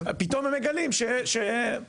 פתאום הם מגלים שאגב,